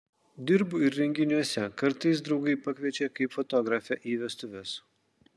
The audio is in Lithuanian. dirbu ir renginiuose kartais draugai pakviečia kaip fotografę į vestuves